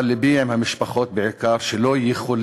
אבל בעיקר לבי עם המשפחות שלא יכולות